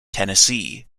tennessee